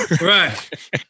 Right